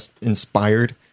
inspired